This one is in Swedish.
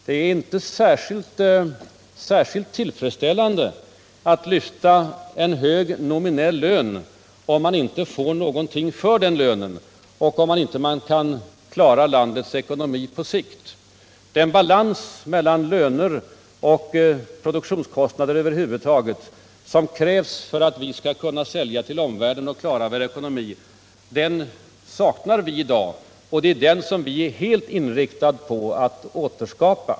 Det är ju inte särskilt tillfredsställande att lyfta en hög nominell lön, om man inte får någonting för den lönen, och om man inte på sikt kan klara landets ekonomi. Den balans mellan löner och produktionskostnader som krävs för att vi skall kunna sälja till omvärlden och klara vår ekonomi saknar vi i dag, och det är den som vi är helt inriktade på att återskapa.